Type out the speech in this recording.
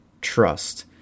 trust